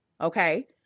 Okay